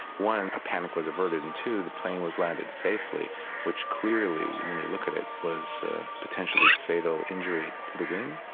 one, a panic was averted and two, the plane was landed safely which clearly, when you look at it, was a potentially fatal injury to the wing,